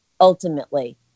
ultimately